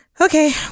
Okay